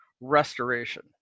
restoration